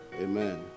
Amen